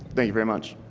thank you very much.